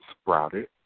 sprouted